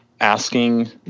asking